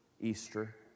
Easter